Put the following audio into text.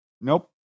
Nope